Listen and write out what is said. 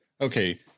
okay